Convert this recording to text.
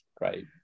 Right